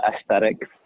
aesthetics